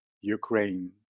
Ukraine